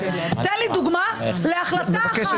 תן לי דוגמה להחלטה אחת --- מבקשת דוגמה.